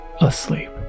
asleep